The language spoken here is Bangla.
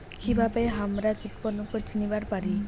কিভাবে হামরা কীটপতঙ্গ চিনিবার পারি?